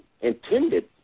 intended